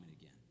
again